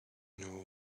know